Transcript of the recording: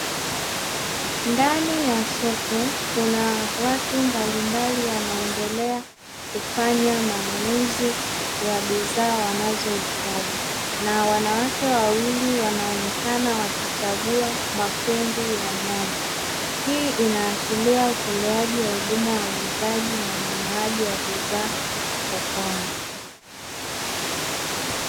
Ndani ya soko kuna watu mbalimbali wanaendelea kufanya manunuzi ya bidhaa wanazohitaji, na wanawake wawili wanaonekana wakichagua mafungu ya nyanya hii inaashiria utolewaji wa huduma ya uuzaji na ununuaji wa bidhaa sokoni.